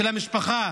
של המשפחה.